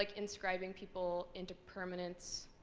like inscribing people into permanence